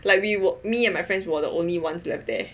like we were me and my friends were the only ones left there